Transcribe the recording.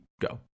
go